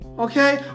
Okay